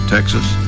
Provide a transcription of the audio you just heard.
Texas